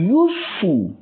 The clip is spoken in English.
useful